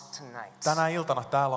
tonight